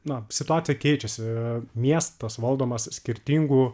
na situacija keičiasi miestas valdomas skirtingų